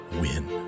win